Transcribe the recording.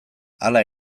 hala